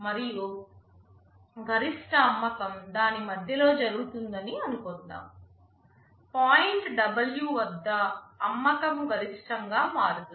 మరియు గరిష్ట అమ్మకం దాని మధ్యలో జరుగుతుందని అనుకుందాం పాయింట్ W వద్ద అమ్మకం గరిష్టంగా మారుతుంది